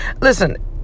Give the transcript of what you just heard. Listen